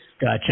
Gotcha